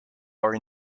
are